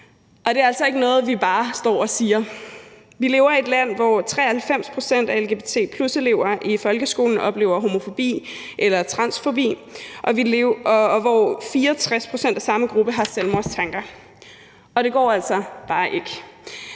det er altså ikke noget, vi bare står og siger. Vi lever i et land, hvor 93 pct. af lgbt+-elever i folkeskolen oplever homofobi eller transfobi, og hvor 64 pct. af samme gruppe har selvmordstanker. Og det går altså bare ikke.